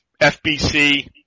FBC